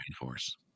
force